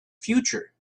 future